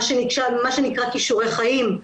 מה שנקרא "כישורי חיים".